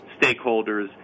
stakeholders